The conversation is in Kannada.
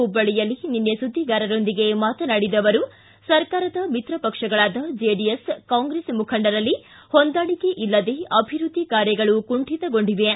ಹುಬ್ಬಳ್ಳಿಯಲ್ಲಿ ನಿನ್ನೆ ಸುದ್ದಿಗಾರರೊಂದಿಗೆ ಮಾತನಾಡಿದ ಅವರು ಸರ್ಕಾರದ ಮಿತ್ರಪಕ್ಷಗಳಾದ ಜೆಡಿಎಸ್ ಕಾಂಗ್ರೆಸ್ ಮುಖಂಡರಲ್ಲಿ ಹೊಂದಾಣಿಕೆ ಇಲ್ಲದೇ ಅಭಿವೃದ್ಧಿ ಕಾರ್ಯಗಳು ಕುಂಠಿತಗೊಂಡಿವೆ